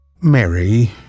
Mary